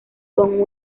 con